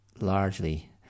largely